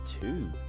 two